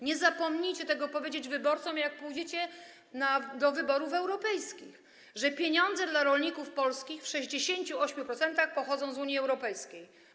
Nie zapomnijcie tego powiedzieć wyborcom, jak pójdziecie do wyborów europejskich, że pieniądze dla rolników polskich w 68% pochodzą z Unii Europejskiej.